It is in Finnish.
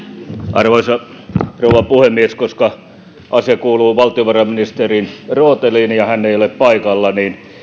arvoisa rouva puhemies koska asia kuuluu valtiovarainministerin rooteliin ja hän ei ole paikalla